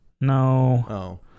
No